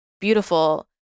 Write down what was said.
beautiful